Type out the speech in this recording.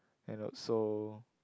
and also